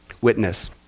Witness